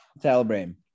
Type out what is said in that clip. Celebrating